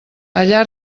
allà